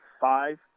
five